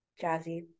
Jazzy